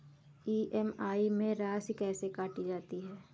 EMI में राशि कैसे काटी जाती है?